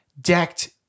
decked